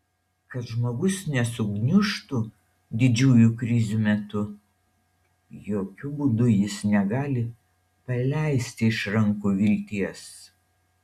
kad žmogus nesugniužtų didžiųjų krizių metu jokiu būdu jis negali paleisti iš rankų vilties